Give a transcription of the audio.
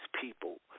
people